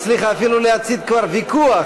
הצליחה אפילו להצית כבר ויכוח,